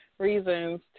reasons